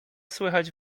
słychać